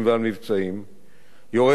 יורד לפרטים הקטנים ביותר,